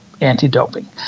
anti-doping